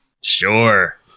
Sure